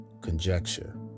conjecture